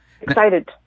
excited